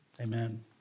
Amen